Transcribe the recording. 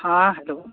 हँ हेलो